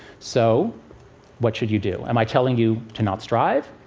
so what should you do? am i telling you to not strive?